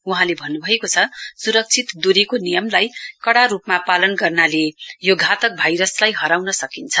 वहाँले भन्नभएको छ सुरक्षित द्ररीको नियमलाई कड़ा रुपमा पालन गर्नाले यो घातक भाइरसलाई हराउन सकिन्छ